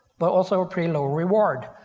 but also ah pretty low reward.